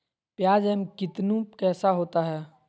प्याज एम कितनु कैसा होता है?